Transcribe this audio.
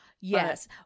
Yes